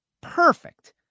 perfect